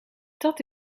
dat